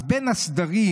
אז בין הסדרים,